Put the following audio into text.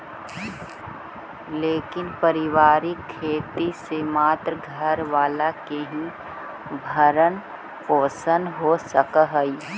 लेकिन पारिवारिक खेती से मात्र घर वाला के ही भरण पोषण हो सकऽ हई